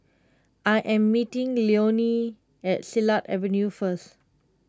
I am meeting Leonie at Silat Avenue first